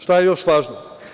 Šta je još važno?